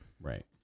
Right